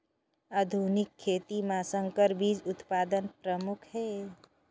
आधुनिक खेती म संकर बीज उत्पादन प्रमुख हे